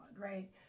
right